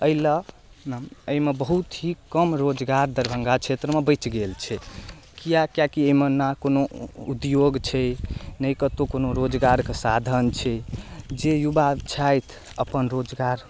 एहिलए एहिमे बहुत ही कम रोजगार दरभङ्गा क्षेत्रमे बचि गेल छै किए किएकि एहिमे नहि कोनो उद्योग छै नहि कतहु कोनो रोजगारके साधन छै जे युवा छथि अपन रोजगार